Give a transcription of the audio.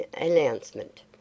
announcement